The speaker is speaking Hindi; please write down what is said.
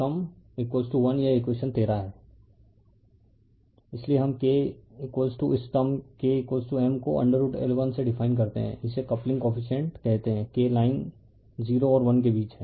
रिफर स्लाइड टाइम 3746 इसलिए हम K इस टर्म k M को √L1 से डिफाइन करते हैं इसे कपलिंग कोफिसिएंट कहते हैं K लाइन 0 और 1 के बीच है